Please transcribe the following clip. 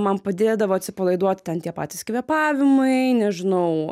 man padėdavo atsipalaiduot ten tie patys kvėpavimai nežinau